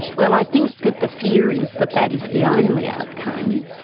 well, i think that the fear is that that is the only outcome,